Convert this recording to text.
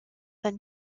than